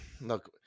look